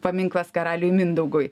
paminklas karaliui mindaugui